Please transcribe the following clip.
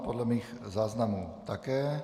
Podle mých záznamů také.